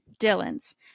dylan's